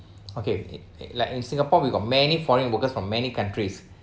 okay like in singapore we got many foreign workers from many countries